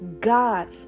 God